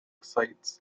cites